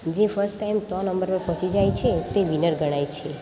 જે first time સો નંબર પર પહોંચી જાય છે તે વિનર ગણાય છે